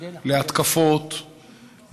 להתקפות,